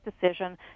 decision